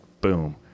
Boom